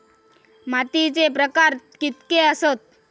मातीचे प्रकार कितके आसत?